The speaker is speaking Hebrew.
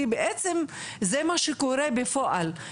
כי בעצם זה מה שקורה בפועל.